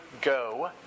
go